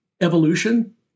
evolution